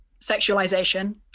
sexualization